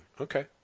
Okay